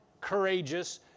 courageous